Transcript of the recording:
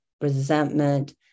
resentment